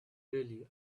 really